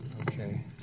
Okay